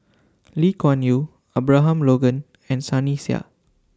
Lee Kuan Yew Abraham Logan and Sunny Sia